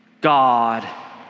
God